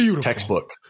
Textbook